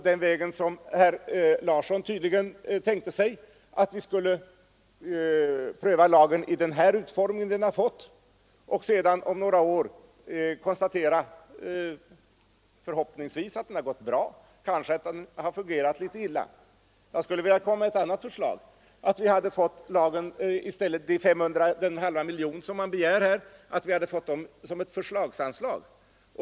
Herr Larsson tänkte sig tydligen att pröva lagen i den utformning den fått och sedan om några år förhoppningsvis konstatera att den fungerat bra eller kanske mindre bra. Jag skulle vilja komma med ett annat förslag, nämligen att vi får den halva miljon som begärs som förslagsanslag.